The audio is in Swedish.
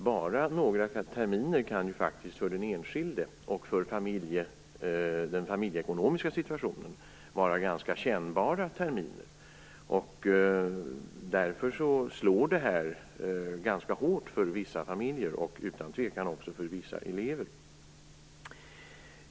Bara några terminer kan ju faktiskt för den enskilde och för den familjeekonomiska situationen vara ganska kännbara terminer. Därför slår detta ganska hårt för vissa familjer, och utan tvekan också för vissa elever.